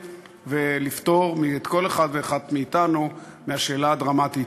ולפטור כל אחד ואחת מאתנו מהשאלה הדרמטית,